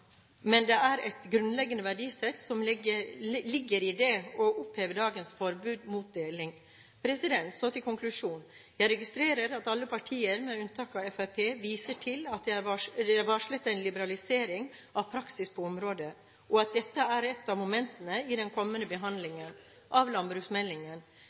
Men det er et grunnleggende verdisett som ligger i det å oppheve dagens forbud mot deling. Så til konklusjonen: Jeg registrerer at alle partier, med unntak av Fremskrittspartiet, viser til at det er varslet en liberalisering av praksis på området, og at dette er et av momentene i den kommende behandlingen av landbruksmeldingen.